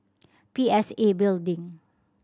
P S A Building